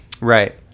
right